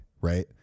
right